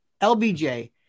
LBJ